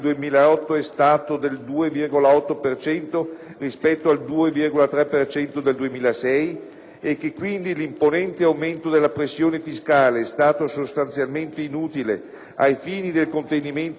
e quindi l'imponente aumento della pressione fiscale è stato sostanzialmente inutile ai fini del contenimento di tale rapporto *deficit*/PIL, essendo stato utilizzato per ulteriori aumenti della spesa pubblica;